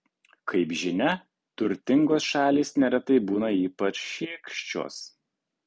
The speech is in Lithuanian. kaip žinia turtingos šalys neretai būna ypač šykščios